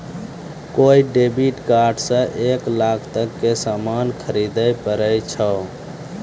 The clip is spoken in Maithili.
कोय डेबिट कार्ड से एक लाख तक के सामान खरीदैल पारै छो